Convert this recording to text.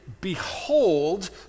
behold